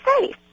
safe